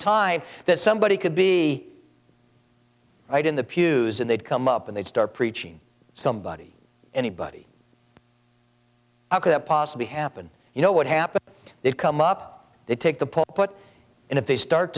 time that somebody could be right in the pews and they'd come up and they'd start preaching somebody anybody could have possibly happened you know what happened they'd come up they take the pope put in if they start